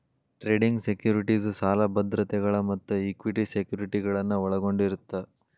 trading securities ಸಾಲ ಭದ್ರತೆಗಳ ಮತ್ತ ಇಕ್ವಿಟಿ ಸೆಕ್ಯುರಿಟಿಗಳನ್ನ ಒಳಗೊಂಡಿರತ್ತ